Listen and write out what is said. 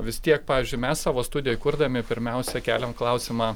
vis tiek pavyzdžiui mes savo studijoj kurdami pirmiausia keliam klausimą